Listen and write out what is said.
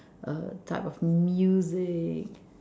a type of music